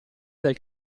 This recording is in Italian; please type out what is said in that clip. del